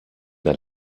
der